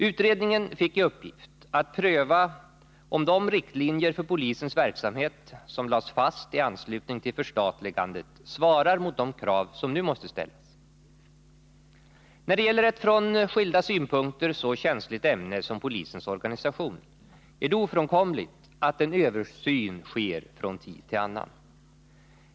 Utredningen fick i uppgift att pröva om de riktlinjer för polisens verksamhet som lades fast i anslutning till förstatligandet svarar mot de krav som nu måste ställas. När det gäller ett från skilda synpunkter så känsligt ämne som polisens organisation är det ofrånkomligt att en översyn sker från tid till annan.